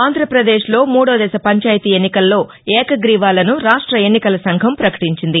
ఆంధ్రప్రదేశ్లో మూడో దశ పంచాయతీ ఎన్నికల్లో ఏకగ్రీవాలసు రాష్ట్ల ఎన్నికల సంఘం ప్రకటించింది